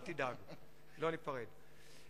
אל תדאג, לא ניפרד.